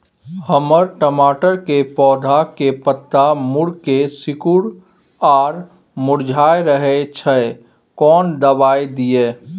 हमर टमाटर के पौधा के पत्ता मुड़के सिकुर आर मुरझाय रहै छै, कोन दबाय दिये?